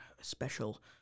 special